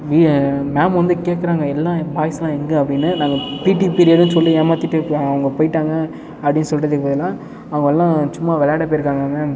we ma'am வந்து கேட்குறாங்க எல்லாம் பாய்ஸ்லாம் எங்கே அப்படின்னு நாங்கள் பீட்டி பீரியட்னு சொல்லி ஏமாத்திட்டு அவங்க போயிட்டாங்க அப்படினு சொல்கிறதுக்கு பதிலாக அவங்களாம் சும்மா விளையாட போயிருக்காங்க மேம்